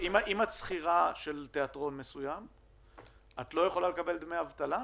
אם את שכירה של תיאטרון מסוים את לא יכולה לקבל דמי אבטלה?